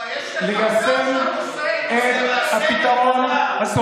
מעלה את זה?